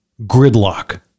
Gridlock